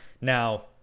now